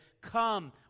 come